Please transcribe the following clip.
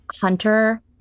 hunter